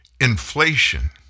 Inflation